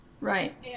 right